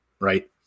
right